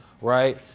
right